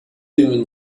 even